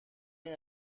این